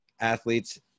athletes